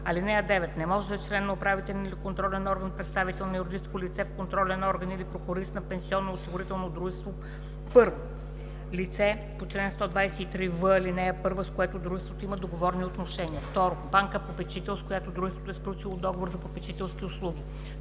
7, т. 1. (9) Не може да е член на управителен или на контролен орган, представител на юридическо лице в контролен орган или прокурист на пенсионноосигурителното дружество: 1. лице по чл. 123в, ал. 1, с което дружеството има договорни отношения; 2. банка-попечител, с която дружеството е сключило договор за попечителски услуги;